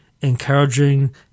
encouraging